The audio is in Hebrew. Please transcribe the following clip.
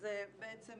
זה נשים